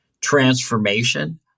transformation